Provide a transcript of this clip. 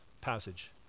Passage